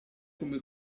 come